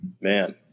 Man